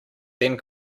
then